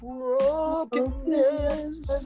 Brokenness